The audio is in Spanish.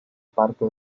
parte